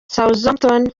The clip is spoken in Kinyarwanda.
southampton